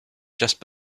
just